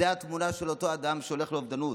זו התמונה של אותו אדם שהולך לאובדנות.